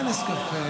מה נס קפה?